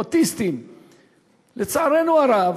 לצערנו הרב,